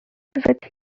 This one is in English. decorated